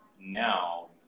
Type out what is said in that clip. now